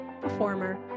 performer